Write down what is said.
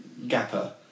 gapper